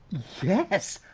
yes,